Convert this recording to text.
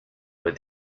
with